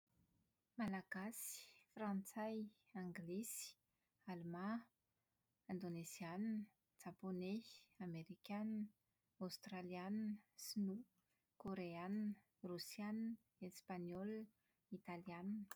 Malagasy, Frantsay, Anglisy, Alemà, Indoneziana, Japoney, Amerikanina, Aostraliana, Sinoa, Koreana, Rosiana, Espaniola, Italiana.